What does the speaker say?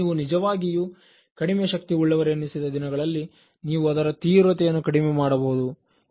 ನೀವು ನಿಜವಾಗಿಯೂ ಕಡಿಮೆ ಶಕ್ತಿ ಉಳ್ಳವ ರೆನಿಸಿದ ದಿನಗಳಲ್ಲಿ ನೀವು ಅದರ ತೀವ್ರತೆಯನ್ನು ಕಡಿಮೆ ಮಾಡಬಹುದು